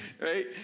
right